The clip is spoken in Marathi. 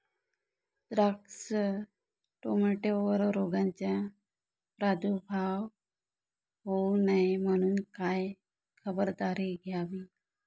द्राक्ष, टोमॅटोवर रोगाचा प्रादुर्भाव होऊ नये म्हणून काय खबरदारी घ्यावी?